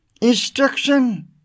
instruction